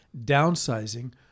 downsizing